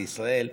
לישראל,